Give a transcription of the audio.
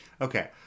okay